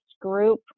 group